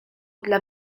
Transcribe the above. dla